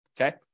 Okay